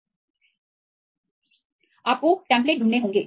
Student आपको template ढूंढने होंगे